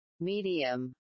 medium